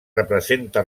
representa